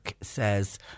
says